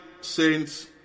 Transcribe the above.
saints